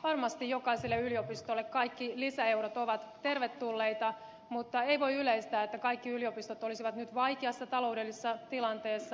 varmasti jokaiselle yliopistolle kaikki lisäeurot ovat tervetulleita mutta ei voi yleistää että kaikki yliopistot olisivat nyt vaikeassa taloudellisessa tilanteessa